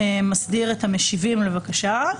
מסדיר את המשיבים לבקשה.